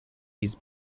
his